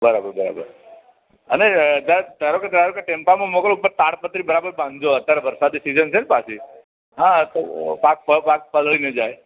બરાબર બરાબર અને ધારો કે ધારો કે ટેમ્પામાં મોકલો તો ઉપર તાડપત્રી બરાબર બાંધજો અત્તારે વરસાદની સીઝન છે ને પાછી હા તો પાક પાક પલળી નહીં જાય